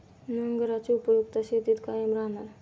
नांगराची उपयुक्तता शेतीत कायम राहणार